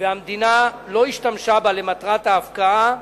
והמדינה לא השתמשה בה למטרה ההפקעה,